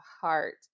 heart